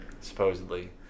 supposedly